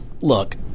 Look